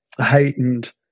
heightened